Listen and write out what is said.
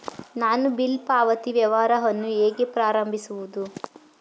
ನಾನು ಬಿಲ್ ಪಾವತಿ ವ್ಯವಹಾರವನ್ನು ಹೇಗೆ ಪ್ರಾರಂಭಿಸುವುದು?